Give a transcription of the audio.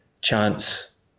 chance